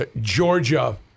Georgia